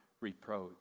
reproach